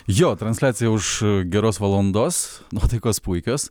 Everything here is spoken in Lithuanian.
jo transliacija už geros valandos nuotaikos puikios